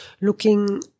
looking